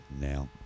now